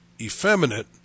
effeminate